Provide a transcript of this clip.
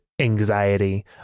anxiety